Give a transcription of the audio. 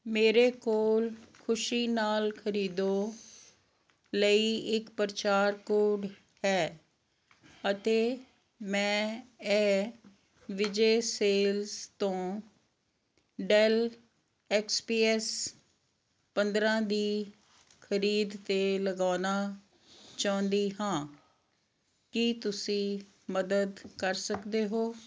ਮੇਰੇ ਕੋਲ ਖੁਸ਼ੀ ਨਾਲ ਖਰੀਦੋ ਲਈ ਇੱਕ ਪਰਚਾਰ ਕੋਡ ਹੈ ਅਤੇ ਮੈਂ ਇਹ ਵਿਜੇ ਸੇਲਜ਼ ਤੋਂ ਡੈੱਲ ਐਕਸ ਪੀ ਐੱਸ ਪੰਦਰਾਂ ਦੀ ਖਰੀਦ 'ਤੇ ਲਗਾਉਣਾ ਚਾਹੁੰਦੀ ਹਾਂ ਕੀ ਤੁਸੀਂ ਮਦਦ ਕਰ ਸਕਦੇ ਹੋ